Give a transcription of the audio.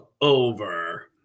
Over